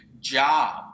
job